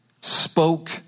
spoke